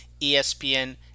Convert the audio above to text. ESPN